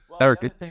Eric